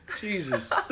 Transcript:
Jesus